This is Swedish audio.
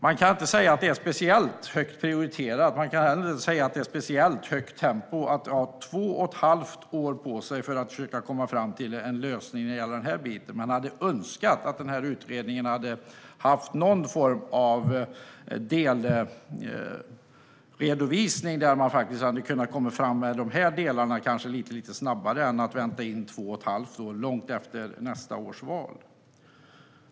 Man kan inte säga att detta är speciellt högt prioriterat eller att tempot är speciellt högt när man har två och ett halvt år på sig att försöka komma fram till en lösning. Man hade önskat att utredningen hade haft någon form av delredovisning, där man hade kunnat komma fram med dessa delar lite snabbare än långt efter nästa års val.